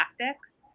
tactics